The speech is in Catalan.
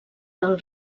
del